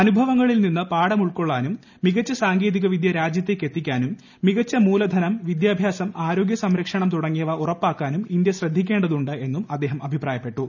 അനുഭവങ്ങളിൽ നിന്നുപാഠം ഉൾക്കൊള്ളാനും മികച്ച സാങ്കേതികവിദൃ രാജ്യത്തേക്ക് എത്തിക്കാനും മികച്ച മൂലധനം വിദ്യാഭ്യാസം ആരോഗ്യ സംരക്ഷണം തുടങ്ങിയവ ഉറപ്പാക്കാനും ഇന്ത്യ ശ്രദ്ധിക്കേണ്ടതുണ്ട് എന്നും അദ്ദേഹം അഭിപ്രായപ്പെട്ടു